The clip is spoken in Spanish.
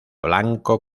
blanco